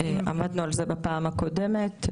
עמדנו על זה בפעם הקודמת.